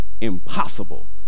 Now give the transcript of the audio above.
Impossible